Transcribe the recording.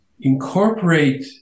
incorporate